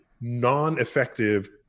non-effective